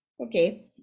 okay